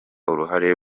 uruhare